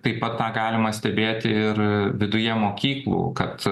taip pat tą galima stebėti ir viduje mokyklų kad